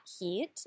heat